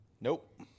Nope